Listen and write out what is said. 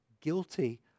guilty